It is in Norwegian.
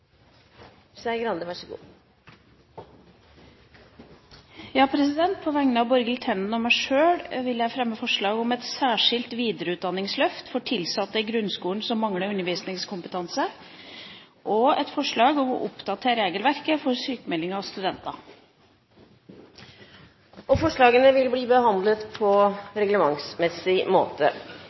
Skei Grande vil framsette to representantforslag. På vegne av Borghild Tenden og meg sjøl vil jeg fremme forslag om et særskilt videreutdanningsløft for tilsatte i grunnskolen som mangler undervisningskompetanse, og forslag om oppdatering av regelverket for sykmelding av studenter. Forslagene vil bli behandlet på reglementsmessig måte.